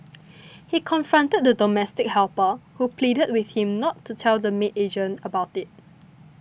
he confronted the domestic helper who pleaded with him not to tell the maid agent about it